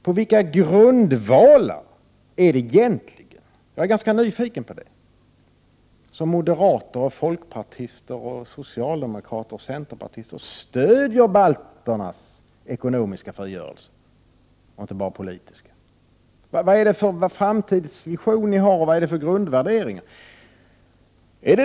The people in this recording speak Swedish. På vilka grundvalar är det egentligen, vilket jag är ganska nyfiken på, som moderater, folkpartister, socialdemokrater och centerpartister stöder balternas ekonomiska frigörelse och inte bara den politiska? Vilka framtidsvisioner och vilka grundvärderingar har de?